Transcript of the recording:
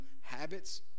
habits